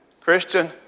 Christian